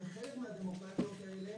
בחלק מהדמוקרטיות האלה,